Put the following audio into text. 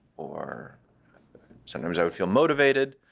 or sometimes i would feel motivated.